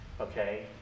okay